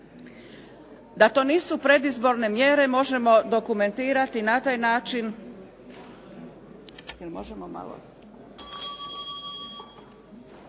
Da to nisu predizborne mjere možemo dokumentirati na način